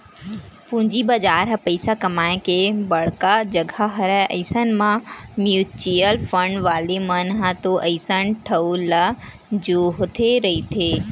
पूंजी बजार ह पइसा कमाए के बड़का जघा हरय अइसन म म्युचुअल फंड वाले मन ह तो अइसन ठउर ल जोहते रहिथे